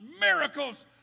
miracles